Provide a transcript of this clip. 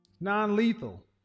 non-lethal